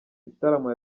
bitaramo